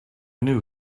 knew